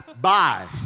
Bye